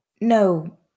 No